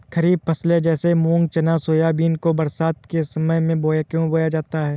खरीफ फसले जैसे मूंग चावल सोयाबीन को बरसात के समय में क्यो बोया जाता है?